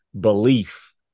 belief